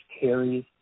carries